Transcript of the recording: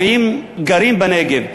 גרים בהן בנגב,